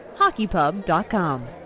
HockeyPub.com